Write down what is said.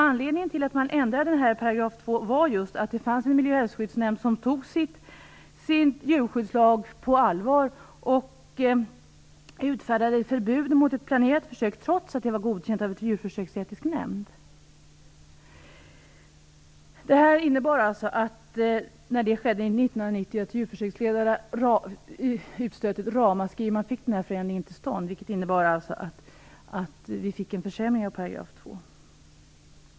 Anledningen till att man ändrade 2 § var just att det fanns en miljö och hälsoskyddsnämnd som tog sin djurskyddslag på allvar och utfärdade förbud mot ett planerat försök trots att det var godkänt av en djurförsöksetisk nämnd. När detta skedde 1990 innebar det alltså att djurförsöksledare utstötte ett ramaskri, och då fick de denna förändring till stånd, vilket alltså innebar en försämring av 2 §.